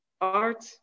art